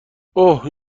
اوه